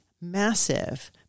massive